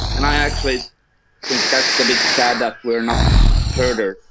and i actually think that's a bit sad that we're not turtur